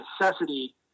necessity